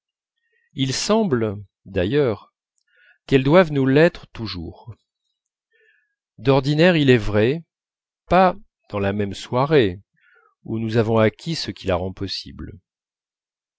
il semble d'ailleurs qu'elle doive nous l'être toujours d'ordinaire il est vrai pas dans la même soirée où nous avons acquis ce qui la rend possible